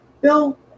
Bill